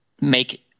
make